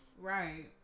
Right